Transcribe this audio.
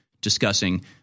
discussing